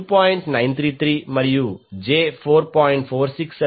933 మరియు j 4